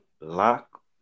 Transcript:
lock